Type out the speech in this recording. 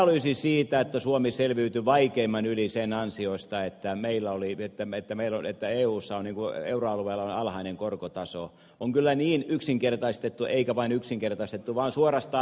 analyysi siitä että suomi selviytyi vaikeimman yli sen ansiosta että meillä oli pitämättä melun että eussa euroalueella on alhainen korkotaso on kyllä yksinkertaistettu eikä vain yksinkertaistettu vaan suorastaan väärä